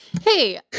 hey